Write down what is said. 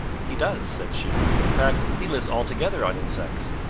he does, said she. in fact he lives altogether on insects.